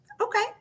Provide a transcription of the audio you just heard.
okay